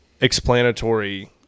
explanatory